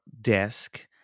desk